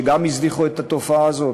שגם הן הזניחו את התופעה הזאת?